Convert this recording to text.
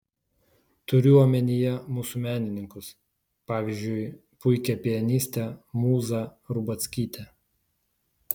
turiu omenyje mūsų menininkus pavyzdžiui puikią pianistę mūzą rubackytę